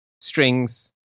strings